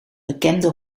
bekende